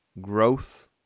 Growth